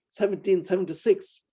1776